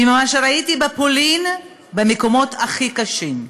וממה שראיתי בפולין במקומות הכי קשים.